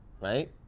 right